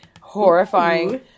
Horrifying